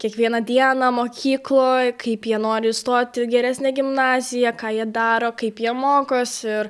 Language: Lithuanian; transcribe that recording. kiekvieną dieną mokykloj kaip jie nori įstot į geresnę gimnaziją ką jie daro kaip jie mokosi ir